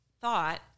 thought